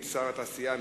תשיב סגנית שר התעשייה,